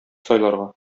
сайларга